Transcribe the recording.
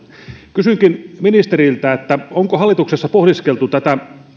kysynkin ministeriltä onko hallituksessa pohdiskeltu tätä